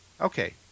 Okay